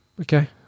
okay